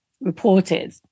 reported